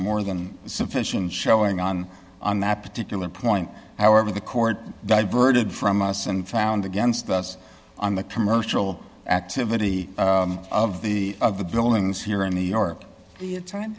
more than sufficient showing on on that particular point however the court diverted from us and found against us on the commercial activity of the of the buildings here in new york t